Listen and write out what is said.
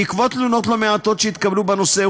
בעקבות תלונות לא מעטות שהתקבלו בנושא,